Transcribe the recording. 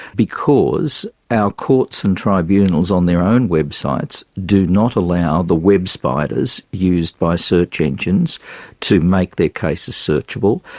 because our courts and tribunals on their own websites do not allow the web spiders used by search engines to make their cases searchable.